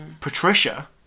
Patricia